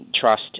Trust